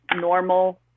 normal